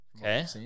Okay